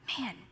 man